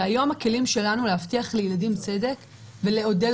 היום הכלים שלנו להבטיח לילדים צדק ולעודד